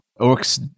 orcs